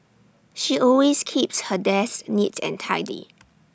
she always keeps her desk neat and tidy